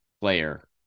player